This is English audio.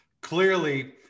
clearly